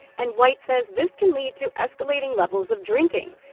and white says this can lead to escalating levels of drinking.